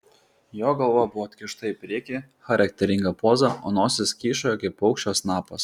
jo galva buvo atkišta į priekį charakteringa poza o nosis kyšojo kaip paukščio snapas